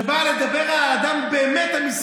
שבא לדבר על האדם הבאמת-מסכן.